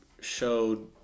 showed